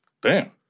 bam